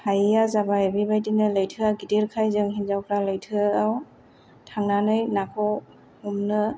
हायैया जाबाय बेबायदिनो लैथोआव गिदिरखाय जों हिन्जावफ्रा लैथोआव थांनानै नाखौ हमनो